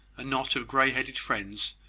a knot of grey-headed friends,